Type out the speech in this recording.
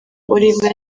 olivier